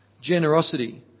Generosity